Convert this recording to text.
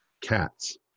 Cats